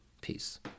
Peace